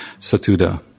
Satuda